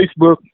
Facebook